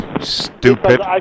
Stupid